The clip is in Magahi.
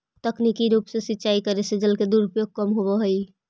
तकनीकी रूप से सिंचाई करे से जल के दुरुपयोग कम होवऽ हइ